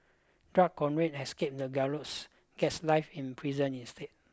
drug courier escapes the gallows gets life in prison instead